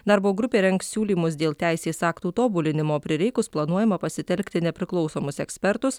darbo grupė rengs siūlymus dėl teisės aktų tobulinimo prireikus planuojama pasitelkti nepriklausomus ekspertus